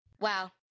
Wow